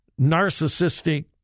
narcissistic